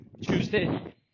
Tuesday